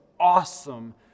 awesome